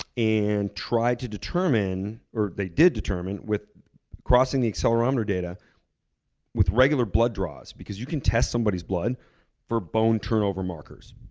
and try to determine, or they did determine with crossing the accelerometer data with regular blood draws, because you can test somebody's blood for blood turnover markers.